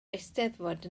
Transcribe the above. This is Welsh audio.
eisteddfod